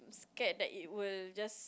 scared that it will just